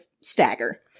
stagger